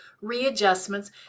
readjustments